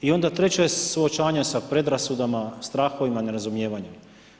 I onda treće, suočavanje sa predrasudama, strahovima, nerazumijevanjem.